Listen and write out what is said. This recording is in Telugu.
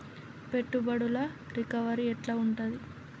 పెట్టుబడుల రికవరీ ఎట్ల ఉంటది?